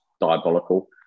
diabolical